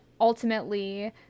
ultimately